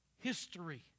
history